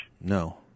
No